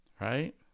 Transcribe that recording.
Right